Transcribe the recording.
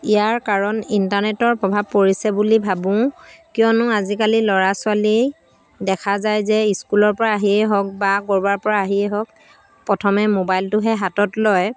ইয়াৰ কাৰণ ইণ্টাৰনেটৰ প্ৰভাৱ পৰিছে বুলি ভাবোঁ কিয়নো আজিকালি ল'ৰা ছোৱালী দেখা যায় যে স্কুলৰ পৰা আহিয়েই হওক বা ক'ৰবাৰ পৰা আহিয়েই হওক প্ৰথমে মোবাইলটোহে হাতত লয়